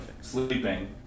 sleeping